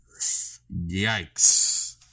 yikes